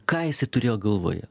ką jisai turėjo galvoje